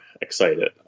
excited